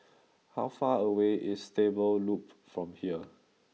how far away is Stable Loop from here